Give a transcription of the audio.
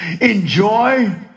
enjoy